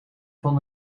van